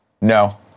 No